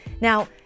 Now